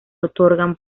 otorgan